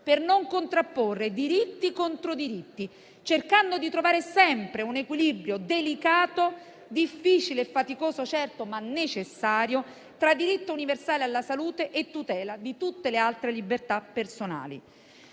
per non contrapporre diritti contro diritti, cercando di trovare sempre un equilibrio delicato, certamente difficile e faticoso, ma necessario, tra diritto universale alla salute e tutela di tutte le altre libertà personali.